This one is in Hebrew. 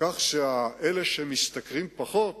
כך שאלה שמשתכרים פחות